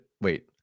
wait